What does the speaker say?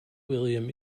william